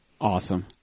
Awesome